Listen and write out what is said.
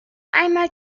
einmal